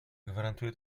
gwarantuje